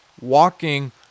walking